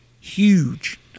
huge